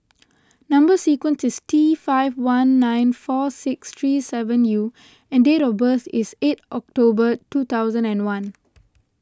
Number Sequence is T five one nine four six three seven U and date of birth is eight October two thousand and one